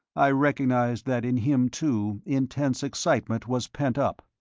i recognized that in him, too, intense excitement was pent up.